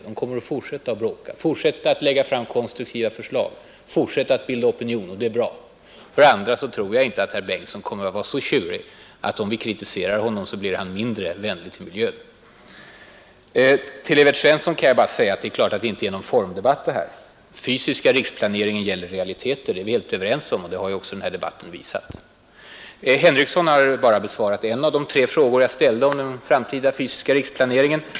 Den kommer att fortsätta att bråka, fortsätta att lägga fram konstruktiva förslag, fortsätta att bilda opinion — och det är bra. För det andra tror jag inte att herr Bengtsson kommer att vara så tjurig att han blir mindre vänligt inställd till miljön om vi kritiserar honom. Till Evert Svensson kan jag bara säga att det är klart att det här inte är någon ”formdebatt”. Den fysiska riksplaneringen gäller realiteter — det är vi helt överens om, och det har ju också den här debatten visat. Herr Henrikson har bara besvarat en av de tre frågor jag ställde om den framtida fysiska riksplaneringen.